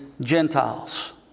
Gentiles